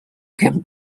can